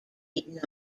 did